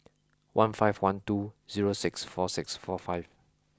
one five one two zero six four six four five